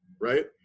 right